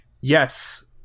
Yes